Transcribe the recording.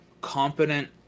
competent